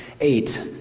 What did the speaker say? eight